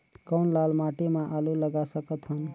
कौन लाल माटी म आलू लगा सकत हन?